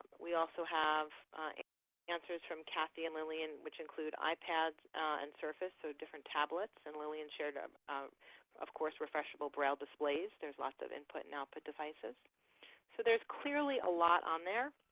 we also have answers from kathy and lillian, which include ipad and surface, so different tablets. and lillian shared, of of course, refreshable browser displays there'slots of input and output devices so there is clearly a lot on there.